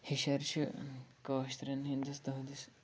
ہِشر چھُ کٲشرٮ۪ن ہٕنٚدِس تُہٕنٛدِس